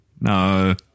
No